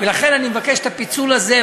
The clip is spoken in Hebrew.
ולכן אני מבקש את הפיצול הזה,